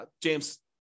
James